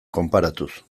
konparatuz